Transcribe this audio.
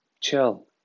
chill